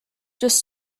just